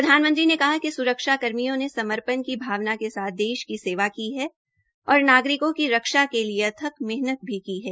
प्रधानमंत्री ने कहा कि स्रक्षा कर्मियों ने समर्पण की भावना के साथ देश की सेवा की है और नागरिकों की रक्षा के लिए अथक मेहनत की है